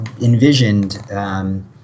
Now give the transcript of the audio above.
envisioned